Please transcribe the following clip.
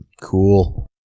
cool